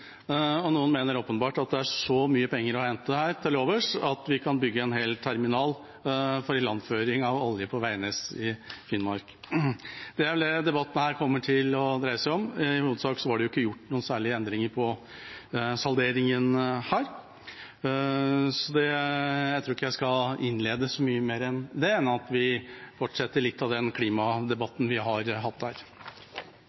Noen mener åpenbart at det er så mye penger til overs å hente at vi kan bygge en hel terminal for ilandføring av olje på Veidnes i Finnmark. Det er vel det debatten kommer til å dreie seg om. I hovedsak var det ikke gjort noen særlige endringer på salderingen, så jeg tror ikke jeg skal innlede med så mye mer enn dette. Vi fortsetter med litt av den